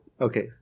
Okay